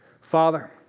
Father